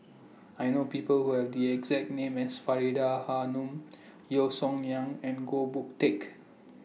I know People Who Have The exact name as Faridah Hanum Yeo Song Nian and Goh Boon Teck